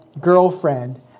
girlfriend